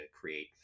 create